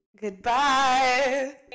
Goodbye